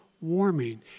Warming